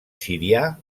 sirià